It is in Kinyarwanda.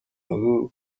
mazuru